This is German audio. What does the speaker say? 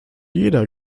jeder